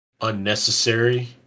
unnecessary